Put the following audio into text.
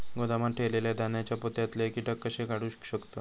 गोदामात ठेयलेल्या धान्यांच्या पोत्यातले कीटक कशे काढून टाकतत?